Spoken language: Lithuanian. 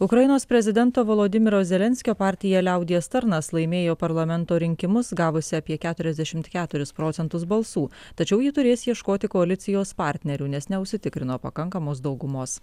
ukrainos prezidento volodymyro zelenskio partija liaudies tarnas laimėjo parlamento rinkimus gavusi apie keturiasdešim keturis procentus balsų tačiau ji turės ieškoti koalicijos partnerių nes neužsitikrino pakankamos daugumos